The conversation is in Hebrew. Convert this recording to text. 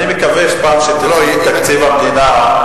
אני מקווה שכשתראי את תקציב המדינה,